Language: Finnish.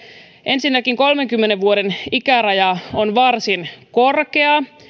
ensinnäkin kolmenkymmenen vuoden ikäraja on varsin korkea